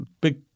big